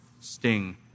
sting